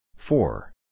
Four